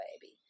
baby